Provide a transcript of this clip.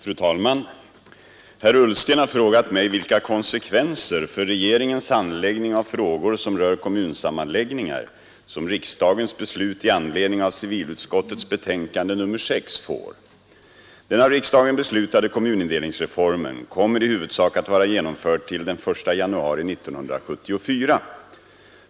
Fru talman! Herr Ullsten har frågat mig vilka konsekvenser för regeringens handläggning av frågor som rör kommunsammanläggningar, som riksdagens beslut i anledning av civilutskottets betänkande nr 6 får. huvudsak att vara genomförd till den 1 januari 1974.